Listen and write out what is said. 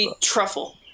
truffle